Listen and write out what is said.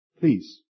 Please